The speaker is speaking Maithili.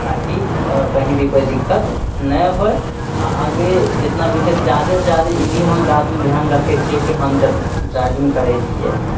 ताकि कही भी कोइ दिक्कत नहि होइ आ आगे जेतना भी छै जादेसँ जादे ई भी हम बात ध्यान रखै छियै की हम जब ड्राइभिंग करै छियै